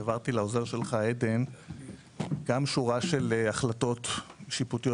העברתי לעוזר שלך עדן גם שורה של החלטות שיפוטיות